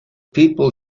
people